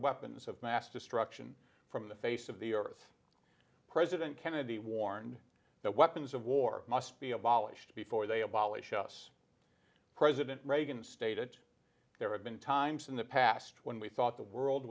weapons of mass destruction from the face of the earth president kennedy warned that weapons of war must be abolished before they abolish us president reagan stated there have been times in the past when we thought the world